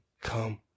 come